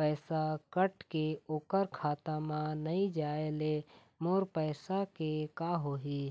पैसा कट के ओकर खाता म नई जाय ले मोर पैसा के का होही?